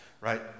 right